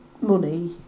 money